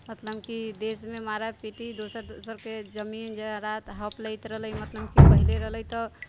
मतलब की देश मे मारा पीटी दोसर दोसर के जमीन जेवरात हड़ैप लैत रहलै मतलब की पहले रहलै तऽ